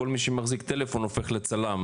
כל מי שמחזיק טלפון הופך לצלם,